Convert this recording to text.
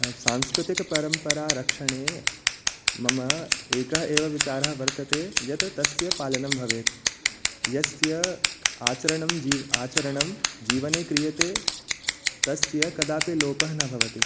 सांस्कृतिकपरम्परारक्षणे मम एक एव विचारः वर्तते यत तस्य पालनं भवेत् यस्य आचरणं आचरणं जीवने क्रियते तस्य कदापि लोपः न भवति